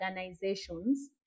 organizations